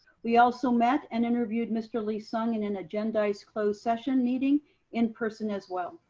we also met and interviewed mr. lee-sung, in an agendized closed session meeting in person as well.